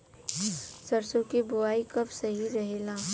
सरसों क बुवाई कब सही रहेला?